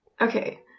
Okay